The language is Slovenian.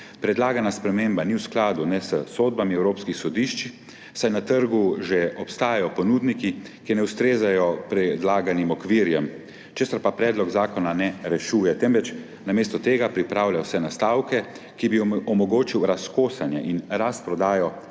Predlagana sprememba ni v skladu ne s sodbami evropskih sodišč, saj na trgu že obstajajo ponudniki, ki ne ustrezajo predlaganim okvirjem, česar pa predlog zakona ne rešuje, temveč namesto tega pripravlja vse nastavke, ki bi omogočili razkosanje in razprodajo